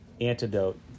antidote